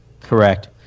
Correct